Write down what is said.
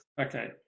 Okay